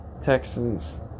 Texans